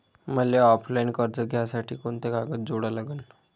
मले ऑफलाईन कर्ज घ्यासाठी कोंते कागद जोडा लागन?